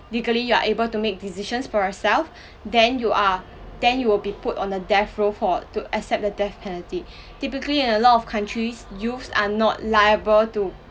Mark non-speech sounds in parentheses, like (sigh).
legally you are able to make decisions for yourself then you are then you will be put on the death row for to accept the death penalty (breath) typically in a lot of countries youths are not liable to